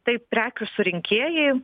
tai prekių surinkėjai